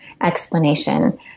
explanation